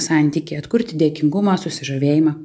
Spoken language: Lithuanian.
santykį atkurti dėkingumą susižavėjimą